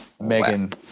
Megan